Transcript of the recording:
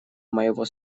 моего